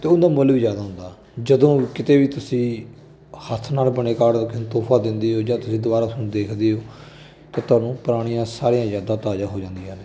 ਅਤੇ ਉਹਨਾਂ ਦਾ ਮੁੱਲ ਵੀ ਜ਼ਿਆਦਾ ਹੁੰਦਾ ਜਦੋਂ ਕਿਤੇ ਵੀ ਤੁਸੀਂ ਹੱਥ ਨਾਲ ਬਣੇ ਕਾਰਡ ਦਾ ਕਿਸੇ ਨੂੰ ਤੋਹਫ਼ਾ ਦਿੰਦੇ ਹੋ ਜਾਂ ਤੁਸੀਂ ਦੁਬਾਰਾ ਉਸਨੂੰ ਦੇਖਦੇ ਹੋ ਤਾਂ ਤੁਹਾਨੂੰ ਪੁਰਾਣੀਆਂ ਸਾਰੀਆਂ ਯਾਦਾਂ ਤਾਜ਼ਾ ਹੋ ਜਾਂਦੀਆਂ ਨੇ